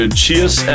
cheers